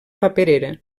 paperera